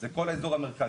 זה כל אזור המרכז,